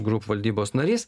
group valdybos narys